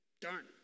Darn